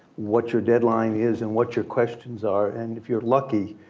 what your deadline is and what your questions are. and if you're lucky,